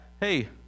hey